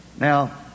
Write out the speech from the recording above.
Now